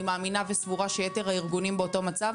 מאמינה וסבורה שיתר הארגונים באותו מצב,